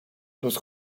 los